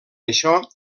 això